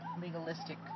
Legalistic